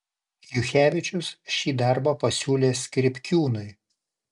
juchevičius šį darbą pasiūlė skripkiūnui